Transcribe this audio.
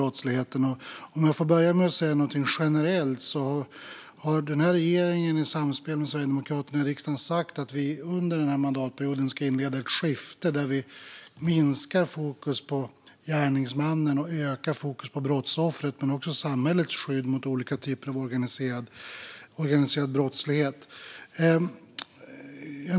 Om jag får börja med att säga något generellt har regeringen i samspel med Sverigedemokraterna i riksdagen sagt att vi under mandatperioden ska inleda ett skifte där vi minskar fokus på gärningsmannen och ökar fokus på brottsoffret men också på samhällets skydd mot olika typer av organiserad brottslighet.